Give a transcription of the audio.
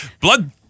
Blood